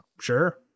Sure